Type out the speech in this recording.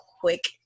quick